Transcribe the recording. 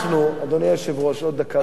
אנחנו, אדוני היושב-ראש, עוד דקה, ברשותך.